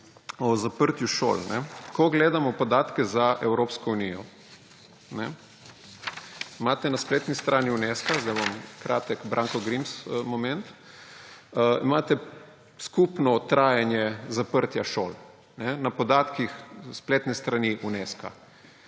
o zaprtju šol. Ko gledamo podatke za Evropsko unijo. Imate na spletni strani Unesca – zdaj imam kratek Branko Grims moment –, imate skupno trajanje zaprtja šol, na podatkih spletne strani Unesca.